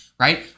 Right